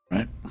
Right